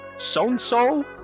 So-and-so